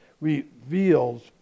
reveals